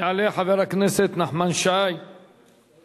יעלה חבר הכנסת נחמן שי ואחריו,